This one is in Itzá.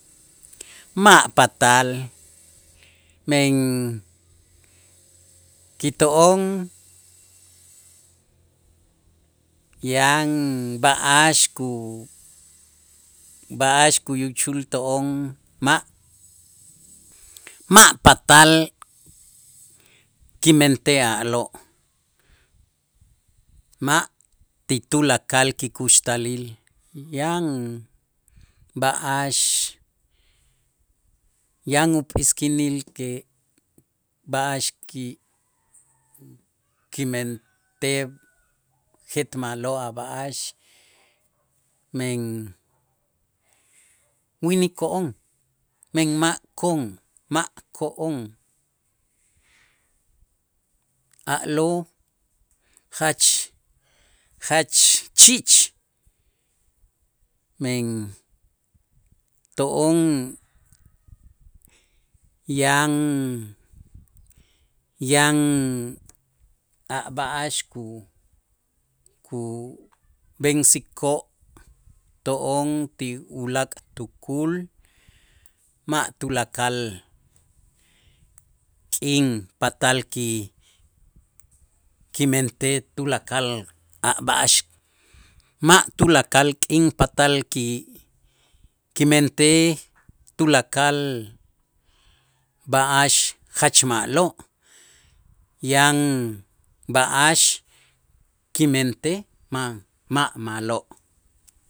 Ma' patal men kito'on yan b'a'ax ku b'a'ax kuyuchul to'on ma', ma' patal kimentej a'lo', ma' ti tulakal kikuxtalil yan b'a'ax yan yan up'iisk'inil que b'a'ax ki- kimentej jetma'lo' a' b'a'ax, men winiko'on, men mak kon mak ko'on a'lo' jach jach chich men to'on yan yan a' b'a'ax ku- kub'ensikoo' to'on ti ulaak' tukul, ma' tulakal k'in patal ki- kimentej tulakal a' b'a'ax ma' tulakal k'in patal ki- kimentej tulakal b'a'ax jach ma'lo' yan b'a'ax kimentej ma' ma' ma'lo'.